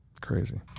Crazy